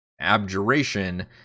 Abjuration